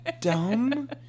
dumb